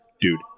dude